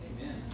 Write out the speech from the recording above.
amen